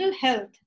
health